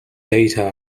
data